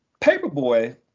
Paperboy